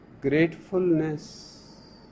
Gratefulness